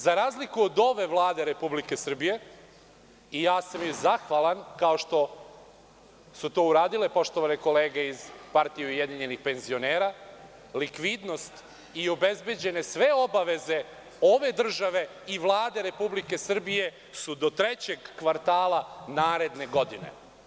Za razliku od ove Vlade Republike Srbije, i zahvalan sam joj, kao što su to uradile poštovane kolege iz PUPS-a, likvidnost i obezbeđene sve obaveze ove države i Vlade Republike Srbije su do trećeg kvartala naredne godine.